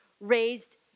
raised